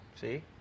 see